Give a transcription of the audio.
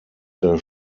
der